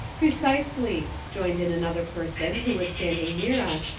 precisely, joined in another person who was standing near us,